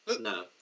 No